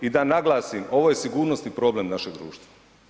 I da naglasim, ovo je sigurnosni problem našeg društva.